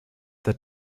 that